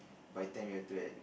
by ten we have to at